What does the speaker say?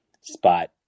spot